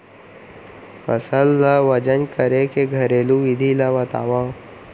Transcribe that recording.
फसल ला वजन करे के घरेलू विधि ला बतावव?